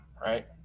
right